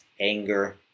anger